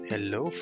Hello